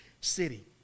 city